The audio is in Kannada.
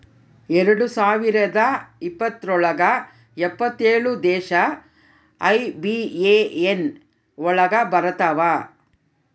ಎರಡ್ ಸಾವಿರದ ಇಪ್ಪತ್ರೊಳಗ ಎಪ್ಪತ್ತೇಳು ದೇಶ ಐ.ಬಿ.ಎ.ಎನ್ ಒಳಗ ಬರತಾವ